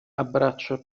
abbraccia